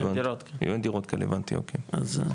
הבנתי, אוקי.